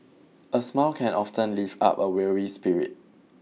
a smile can often lift up a weary spirit